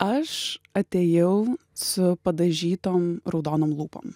aš atėjau su padažytom raudonom lūpom